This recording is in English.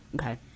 Okay